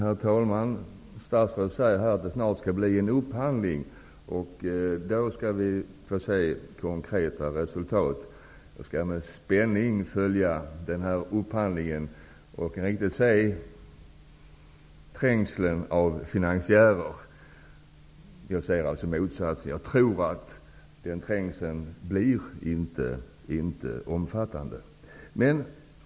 Fru talman! Statsrådet säger att det snart skall bli en upphandling. Då skall vi få se konkreta resultat. Jag skall med spänning följa den här upphandlingen. Jag kan riktigt se trängseln av finansiärer -- jag ser alltså motsatsen. Jag tror att den trängseln inte blir omfattande.